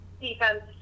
defense